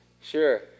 Sure